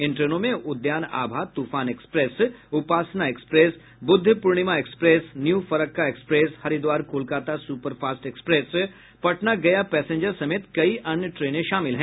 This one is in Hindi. इन ट्रेनों में Udyan Abha Toofan express Upasana express Buddha Purnima express new Farakka express Haridwar Kolkata superfast express Patna Gaya passenger समेत कई अन्य ट्रेनें शामिल हैं